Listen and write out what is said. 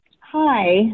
Hi